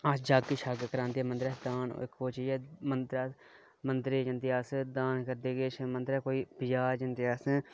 अस जग शग करांदे मंदरे आस्तै मंदरे जंदे अस दान करदे अस कन्नै बजार जंदे अस